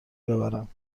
ببرم